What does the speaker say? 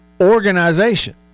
organization